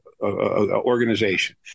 organization